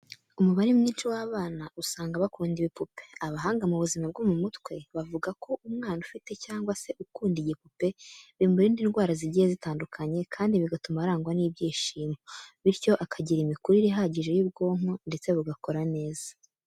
Umubare mwinshi w'abana usanga bakunda ibipupe. Abahanga mu buzima bwo mu mutwe, bavuga ko umwana ufite cyangwa se ukunda igipupe bimurinda indwara zigiye zitandukanye, kandi bigatuma arangwa n'ibyishimo, bityo akagira imikurire ihagije y'ubwonko ndetse bugakora neza.